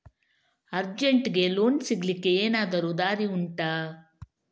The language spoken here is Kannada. ಅರ್ಜೆಂಟ್ಗೆ ಲೋನ್ ಸಿಗ್ಲಿಕ್ಕೆ ಎನಾದರೂ ದಾರಿ ಉಂಟಾ